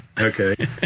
Okay